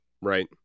Right